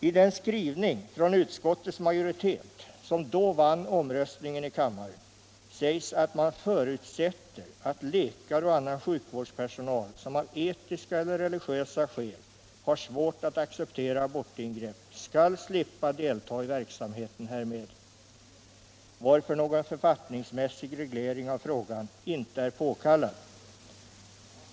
I den skrivning från utskottets majoritet som då vann omröstningen i kammaren sägs att man förutsätter ”att läkare och annan sjukvårdspersonal, som av etiska eller religiösa skäl har svårt att acceptera abortingrepp, skall slippa delta i verksamheten härmed, varför någon författningsmässig reglering av frågan inte är påkallad”.